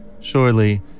Surely